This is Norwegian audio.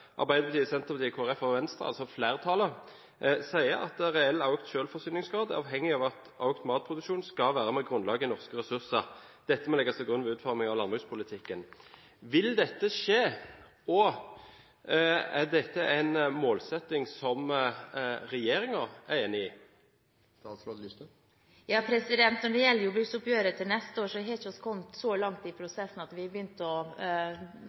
Arbeiderpartiet, Senterpartiet, Kristelig Folkeparti og Venstre, altså flertallet, sier at «reell økt selvforsyningsgrad er avhengig av at økt matproduksjon skal være med grunnlag i norske ressurser. Dette må legges til grunn ved utformingen av landbrukspolitikken.» Vil dette skje? Og er dette en målsetting som regjeringen er enig i? Når det gjelder jordbruksoppgjøret til neste år, har vi ikke kommet så langt i prosessen, selvfølgelig, at vi har begynt å